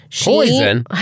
Poison